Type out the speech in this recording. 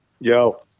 Yo